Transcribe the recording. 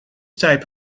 type